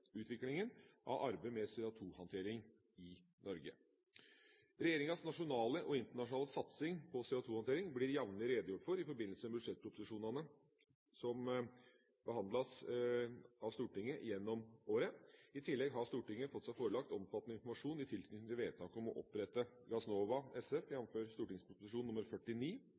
utviklingen av arbeidet med CO2-håndtering i Norge. Regjeringas nasjonale og internasjonale satsing på CO2-håndtering blir det jevnlig redegjort for i forbindelse med budsjettproposisjonene som behandles av Stortinget gjennom året. I tillegg har Stortinget fått seg forelagt omfattende informasjon i tilknytning til vedtak om å opprette Gassnova SF, jf. St.prp. nr. 49